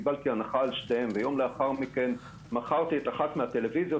קיבלתי הנחה על שתיהן ויום למחרת מכרתי אחת הטלוויזיות,